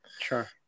sure